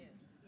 yes